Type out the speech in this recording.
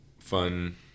fun